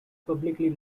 publicly